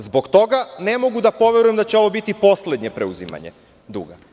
Zbog toga ne mogu da poverujem da će ovo biti poslednje preuzimanje duga.